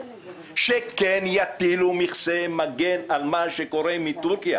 שכן יטילו מכסי מגן על מה שקורה מטורקיה